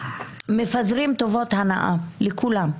שמפזרים טובות הנאה לכולם.